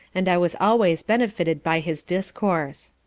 and i was always benefited by his discourse.